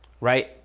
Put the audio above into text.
right